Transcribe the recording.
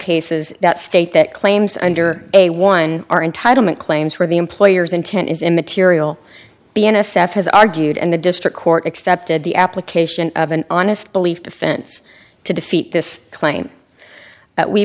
cases that state that claims under a one are entitlement claims where the employer's intent is immaterial the n s f has argued and the district court accepted the application of an honest belief defense to defeat this claim that we